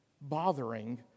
bothering